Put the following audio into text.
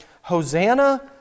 Hosanna